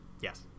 Yes